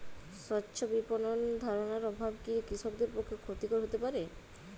স্বচ্ছ বিপণন ধারণার অভাব কি কৃষকদের পক্ষে ক্ষতিকর হতে পারে?